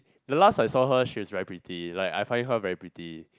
the last I saw her she was very pretty like I find her very pretty